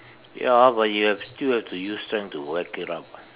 ya but you have still have to use strength to whack it up ah